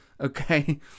Okay